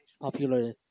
popular